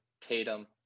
Tatum